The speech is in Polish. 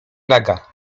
naga